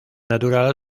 natural